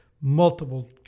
multiple